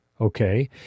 Okay